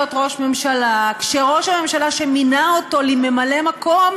ראש הממשלה כשראש הממשלה שמינה אותו לממלא מקום,